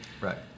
Right